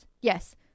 Yes